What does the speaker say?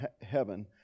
heaven